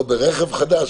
לא ברכב חדש,